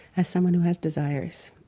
as someone who has desires,